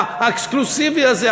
האקסקלוסיבי הזה.